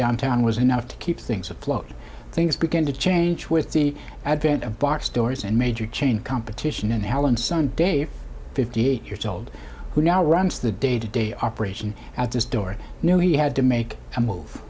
downtown was enough to keep things afloat things began to change with the advent of box stores and major chain competition in hell and sunday fifty eight years old who now runs the day to day operation out this door knew he had to make a move